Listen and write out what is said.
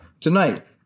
tonight